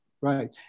right